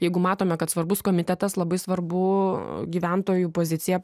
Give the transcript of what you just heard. jeigu matome kad svarbus komitetas labai svarbu gyventojų poziciją